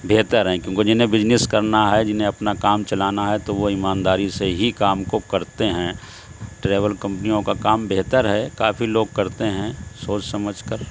بہتر ہیں کیوں کہ جنہیں بزنس کرنا ہے جنہیں اپنا کام چلانا ہے تو وہ ایمانداری سے ہی کام کو کرتے ہیں ٹریول کمپنیوں کا کام بہتر ہے کافی لوگ کرتے ہیں سوچ سمجھ کر